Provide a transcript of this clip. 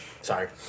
Sorry